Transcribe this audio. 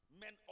Men